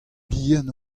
bihan